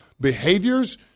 behaviors